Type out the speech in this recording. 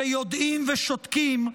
שיודעים ושותקים,